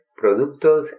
productos